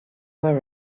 were